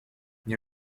nie